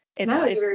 No